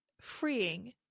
freeing